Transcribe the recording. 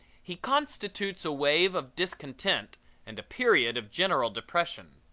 he constitutes a wave of discontent and a period of general depression.